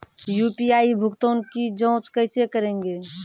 UPI भुगतान की जाँच कैसे करेंगे?